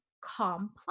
complex